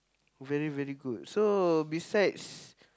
very very good so besides